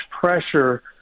pressure